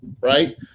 right